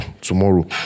tomorrow